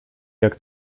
jak